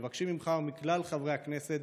מבקשים ממך ומכלל חברי הכנסת,